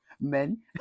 Men